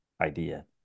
idea